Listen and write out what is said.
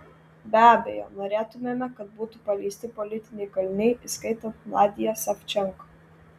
be abejo norėtumėme kad būtų paleisti politiniai kaliniai įskaitant nadią savčenko